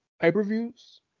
pay-per-views